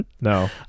No